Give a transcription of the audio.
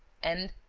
and,